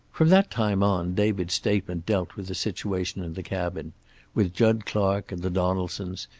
from that time on david's statement dealt with the situation in the cabin with jud clark and the donaldsons,